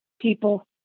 people